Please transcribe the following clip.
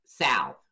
South